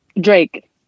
Drake